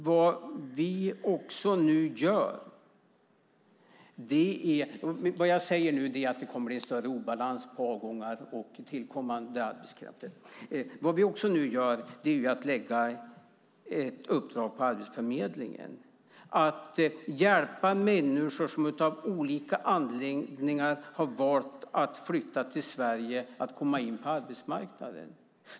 Vad jag säger är att det kommer att bli en större obalans mellan avgångar och tillkommande arbetskraft. Vad vi nu också gör är att lägga ett uppdrag på Arbetsförmedlingen att hjälpa människor som av olika anledningar har valt att flytta till Sverige att komma in på arbetsmarknaden.